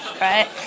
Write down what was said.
right